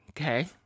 Okay